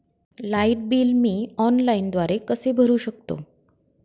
Light bill मी ऑनलाईनद्वारे कसे भरु शकतो?